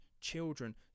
children